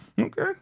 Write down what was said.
Okay